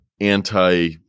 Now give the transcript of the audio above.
anti